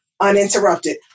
uninterrupted